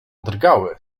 drgały